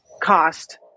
cost